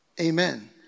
Amen